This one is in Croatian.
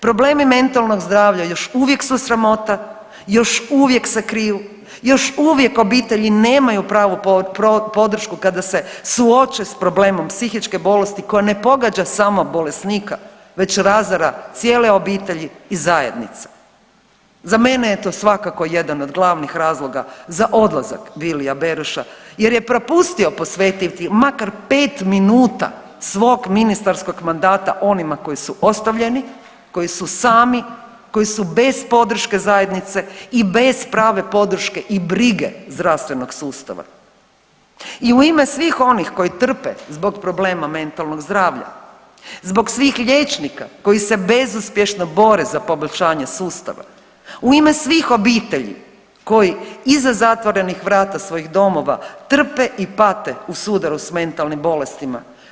Problemi mentalnog zdravlja još uvijek su sramota, još uvijek se kriju, još uvijek obitelji nemaju pravu podršku kada se suoče s problemom psihičke bolesti koja ne pogađa samo bolesnika već razara cijele obitelji i zajednice, za mene je to svakako jedan od glavnih razloga za odlazak Vilija Beroša jer je propustio posvetiti makar 5 minuta svog ministarskog mandata onima koji su ostavljeni, koji su sami, koji su bez podrške zajednice i bez prave podrške i brige zdravstvenog sustava i u ime svim onih koji trpe zbog problema mentalnog zdravlja, zbog svih liječnika koji se bezuspješno bore za poboljšanje sustava, u ime svih obitelji koji iza zatvorenih vrata svojih domova trpe i pate u sudaru s mentalnim bolestima.